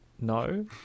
No